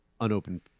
unopened